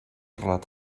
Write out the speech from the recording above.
relat